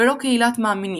ולו קהילת מאמינים,